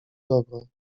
dobro